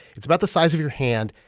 it's about the size of your hand.